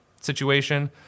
situation